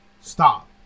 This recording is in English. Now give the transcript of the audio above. stop